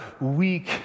weak